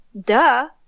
duh